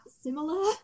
similar